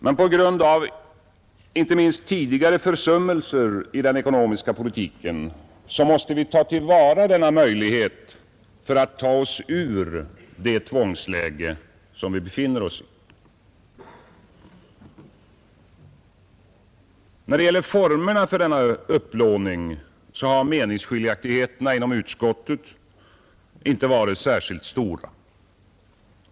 Men på grund av inte minst tidigare försummelser i den ekonomiska politiken måste vi ta till vara denna möjlighet för att komma ur det tvångsläge som vi befinner oss i. När det gäller formerna för denna upplåning har meningsskiljaktigheterna inom finansutskottet inte varit särskilt stora.